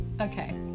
Okay